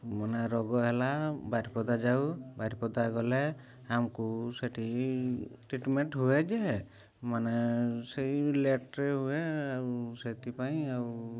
ମାନେ ରୋଗ ହେଲା ବାରିପଦା ଯାଉ ବାରିପଦା ଗଲେ ଆମକୁ ସେଠି ଟ୍ରିଟମେଣ୍ଟ୍ ହୁଏ ଯେ ମାନେ ସେଇ ଲେଟ୍ରେ ହୁଏ ଆଉ ସେଥିପାଇଁ ଆଉ